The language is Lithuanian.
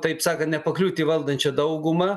taip sakant nepakliūti į valdančią daugumą